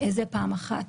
זה פעם אחת,